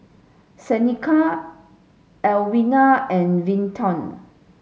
Seneca Edwina and Vinton